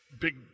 big